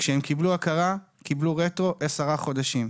כשהם קיבלו הכרה, הם קיבלו רטרו של עשרה חודשים.